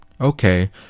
Okay